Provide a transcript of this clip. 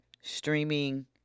Streaming